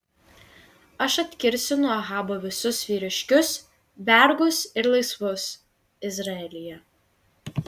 aš atkirsiu nuo ahabo visus vyriškius vergus ir laisvus izraelyje